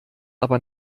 aber